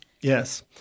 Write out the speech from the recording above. Yes